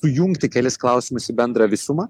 jungti kelis klausimus į bendrą visumą